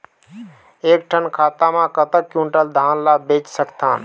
एक ठन खाता मा कतक क्विंटल धान ला बेच सकथन?